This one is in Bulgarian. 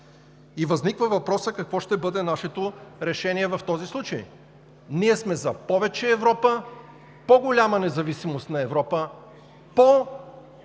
Възниква въпросът: какво ще бъде нашето решение в този случай? Ние сме за повече Европа, по-голяма независимост на Европа, по-ясно